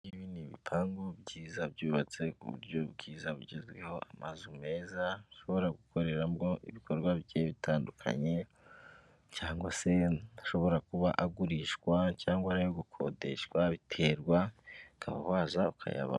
Ibi ni ibipangu byiza byubatse ku buryo bwiza bugezweho, amazu meza ashobora gukoreramo ibikorwa bigiye bitandukanye, cyangwa se ashobora kuba agurishwa, cyangwa ari ayo gukodeshwa biterwa, ukaba waza ukayabamo.